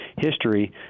history